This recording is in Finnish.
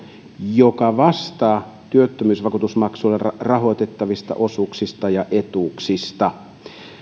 joka vastaa työttömyysvakuutusmaksuilla rahoitettavista osuuksista ja etuuksista